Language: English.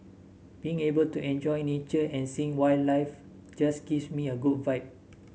being able to enjoy nature and seeing wildlife just gives me a good vibe